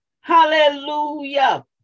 Hallelujah